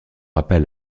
appel